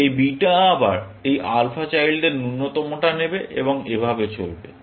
এই বিটা আবার এই আলফা চাইল্ডদের ন্যূনতমটা নেবে এবং এভাবে চলবে